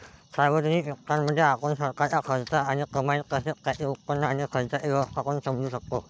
सार्वजनिक वित्तामध्ये, आपण सरकारचा खर्च आणि कमाई तसेच त्याचे उत्पन्न आणि खर्चाचे व्यवस्थापन समजू शकतो